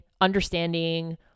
understanding